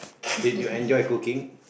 did you enjoy cooking